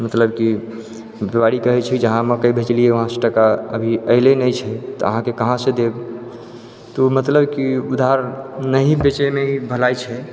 मतलब कि व्यापारी कहै छै जहाँ मकइ बेचलिए वहाँसँ टका अभी अइले नहि छै तऽ अहाँके कहाँसँ देब तऽ ओ मतलब की उधार नहि बेचैमे ही भलाइ छै